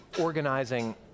organizing